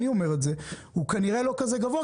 אני אומר את זה הוא כנראה לא כזה גבוה,